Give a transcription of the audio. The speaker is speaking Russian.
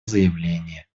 заявление